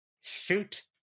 shoot